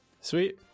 Sweet